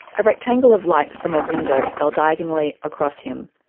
a rectangle of light from a window fell diagonally across him,